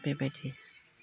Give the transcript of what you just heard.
बेबायदि